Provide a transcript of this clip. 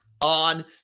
on